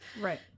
right